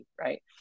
right